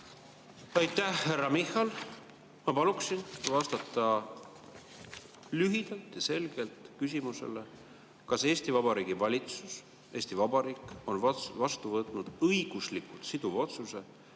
Aitäh! Härra Michal! Ma paluksin vastata lühidalt ja selgelt küsimusele, kas Eesti Vabariigi valitsus, Eesti Vabariik, on vastu võtnud õiguslikult siduva otsuse